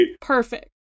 perfect